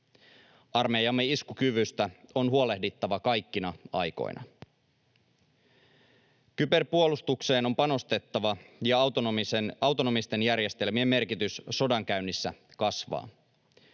Armeijamme iskukyvystä on huolehdittava kaikkina aikoina. Kyberpuolustukseen on panostettava, ja autonomisten järjestelmien merkitys sodankäynnissä kasvaa.